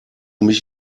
mich